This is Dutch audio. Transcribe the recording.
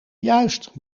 juist